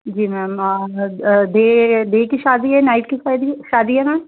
जी ma'am day day की शादी है नाइट की शादी शादी है मैम